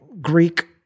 Greek-